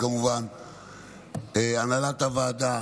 כמובן לצוות המשפטי של הוועדה,